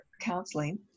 counseling